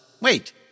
wait